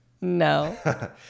No